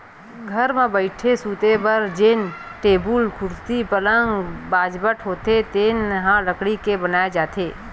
घर म बइठे, सूते बर जेन टेबुल, कुरसी, पलंग, बाजवट होथे तेन ह लकड़ी के बनाए जाथे